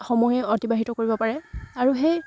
সময় অতিবাহিত কৰিব পাৰে আৰু সেই